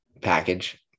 package